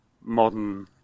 modern